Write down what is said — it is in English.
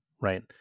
right